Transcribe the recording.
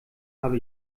habe